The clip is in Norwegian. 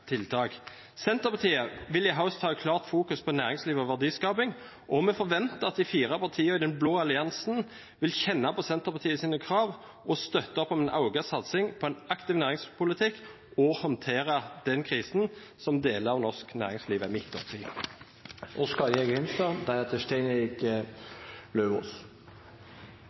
tiltak. Senterpartiet vil i høst fokusere klart på næringsliv og verdiskaping, og vi forventer at de fire partiene i den blå alliansen vil kjenne på Senterpartiets krav, støtte opp om en økt satsing på en aktiv næringspolitikk og håndtere den krisen som deler av norsk næringsliv er